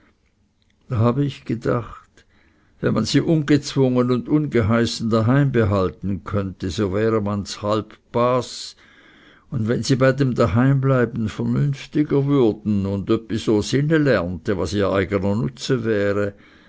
da habe ich gedacht wenn man sie ungezwungen und ungeheißen daheim behalten könnte so wäre man ds halb bas und wenn sie bei dem daheimbleiben vernünftiger würden und öppe o sinne lernte was ihr eigener nutze wäre